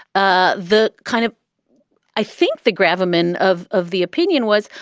ah the kind of i think the gravamen of of the opinion was,